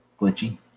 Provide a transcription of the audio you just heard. glitchy